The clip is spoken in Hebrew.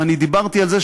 ואני דיברתי על זה,